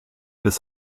bis